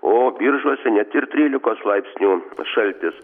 o biržuose net ir trylikos laipsnių šaltis